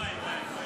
וואי, וואי, וואי.